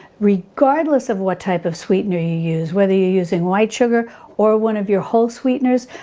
regardless of what type of sweetener you use, whether you're using white sugar or one of your whole sweeteners,